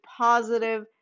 positive